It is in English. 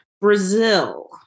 Brazil